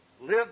live